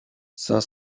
cinq